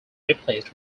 replaced